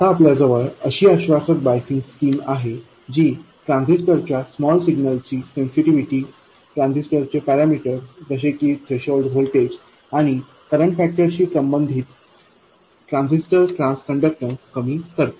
आता आपल्या जवळ अशी आश्वासक बायसिंग स्कीम आहे जी ट्रान्झिस्टर च्या स्मॉल सिग्नलची सेंसिटीविटी ट्रान्झिस्टर चे पॅरामीटर्स जसे की थ्रेशोल्ड व्होल्टेज आणि करंट फॅक्टरशी संबंधित ट्रान्झिस्टर ट्रान्सकण्डक्टॅन्स कमी करते